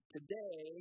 Today